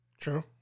True